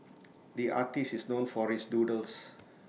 the artist is known for his doodles